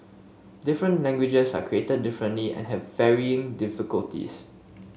different languages are created differently and have varying difficulties